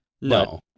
No